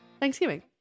thanksgiving